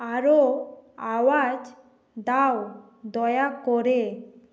আরও আওয়াজ দাও দয়া করে